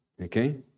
Okay